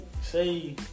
say